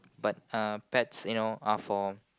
but uh pets you know are for